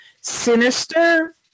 sinister